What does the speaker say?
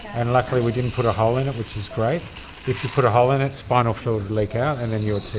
and luckily we didn't put a hole in it, which is great. if you put a hole in it, spinal fluid would leak out and then you'd see